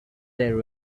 there